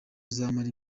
uzamara